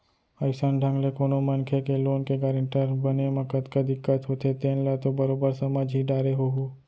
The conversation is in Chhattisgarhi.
अइसन ढंग ले कोनो मनखे के लोन के गारेंटर बने म कतका दिक्कत होथे तेन ल तो बरोबर समझ ही डारे होहूँ